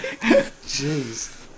jeez